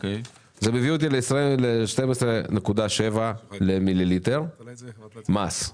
זה מביא אותי ל-12.7 למיליליטר מס.